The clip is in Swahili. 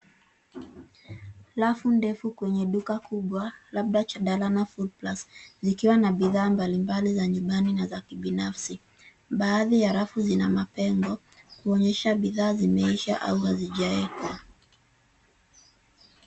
Rafu ndefu kwenye duka kubwa labda Chandarana Foodplus zikiwa na bidhaa mbalimbali za nyumbani na kibinafsi. Baadhi ya rafu zina mapengo kuonyesha bidhaa zimeisha au hazijawekwa.